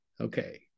okay